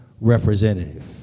representative